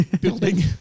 building